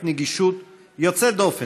8475, 8484 ו-8501.